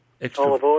extra